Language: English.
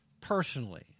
personally